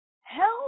help